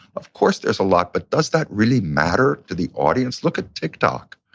of course there's a lot, but does that really matter to the audience? look at tiktok.